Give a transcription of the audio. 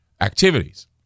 activities